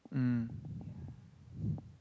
mm